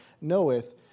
knoweth